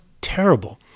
terrible